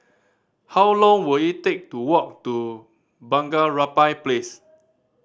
how long will it take to walk to Bunga Rampai Place